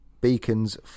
Beacons